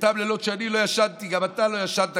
באותם לילות שאני לא ישנתי גם אתה לא ישנת,